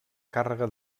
càrrega